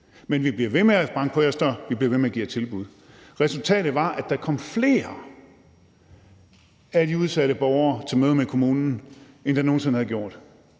men vi bliver ved med at banke på jeres dør, vi bliver ved med at give jer tilbud. Resultatet var, at der kom flere af de udsatte borgere til møder med kommunen, end der nogen sinde havde gjort,